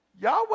Yahweh